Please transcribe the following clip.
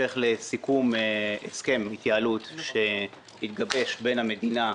בהתאם לסעיף 10 לחוק החברות הממשלתיות.